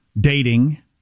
dating